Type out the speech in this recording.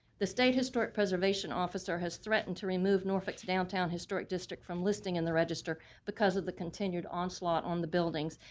the state historic preservation officer has threatened to remove norfolk's downtown historic district from listing in the register because of the continued onslaught on the buildings.